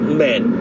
men